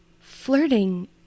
flirting